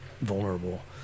vulnerable